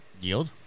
Yield